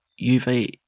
UV